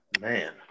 Man